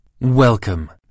Welcome